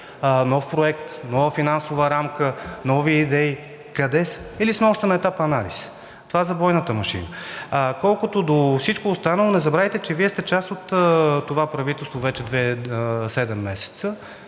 нов проект, нова финансова рамка, нови идеи – къде са?! Или сме още на етап анализ?! Това за бойната машина. Колкото до всичко останало, не забравяйте, че Вие сте част от това правителство вече седем месеца,